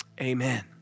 Amen